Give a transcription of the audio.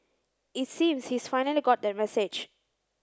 it seems he's finally got that message